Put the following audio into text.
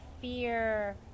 fear